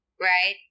right